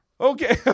Okay